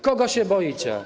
Kogo się boicie?